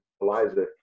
Eliza